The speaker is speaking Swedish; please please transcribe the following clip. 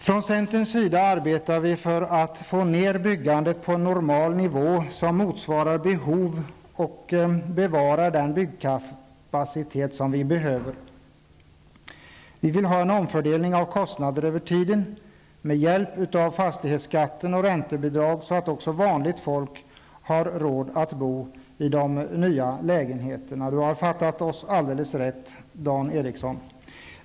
Från centerns sida arbetar vi för att få ner byggandet på en normal nivå som motsvarar behov och bevarar den byggkapacitet som vi behöver. Vi vill ha en omfördelning av kostnader över tiden med hjälp av fastighetsskatt och räntebidrag så att också vanligt folk har råd att bo i de nya lägenheterna. Här har Dan Eriksson fattat oss alldeles rätt.